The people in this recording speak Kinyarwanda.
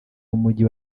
w’umujyi